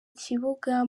kibuga